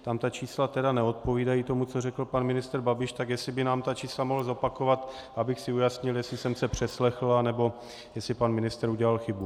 Tam ta čísla tedy neodpovídají tomu, co řekl pan ministr Babiš, tak jestli by nám ta čísla mohl zopakovat, abych si ujasnil, jestli jsem se přeslechl, anebo jestli pan ministr udělal chybu.